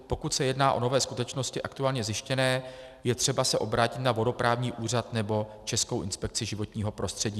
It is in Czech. Pokud se jedná o nové skutečnosti aktuálně zjištěné, je třeba se obrátit na vodoprávní úřad nebo Českou inspekci životního prostředí.